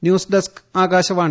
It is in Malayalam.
news desk Akashvani